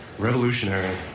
revolutionary